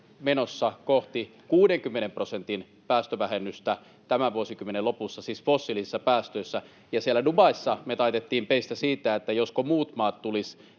menossa kohti 60 prosentin päästövähennystä tämän vuosikymmenen lopussa, siis fossiilisissa päästöissä. Siellä Dubaissa me taitettiin peistä siitä, josko muut maat tulisivat